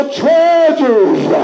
treasures